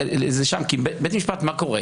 בבית משפט, מה קורה?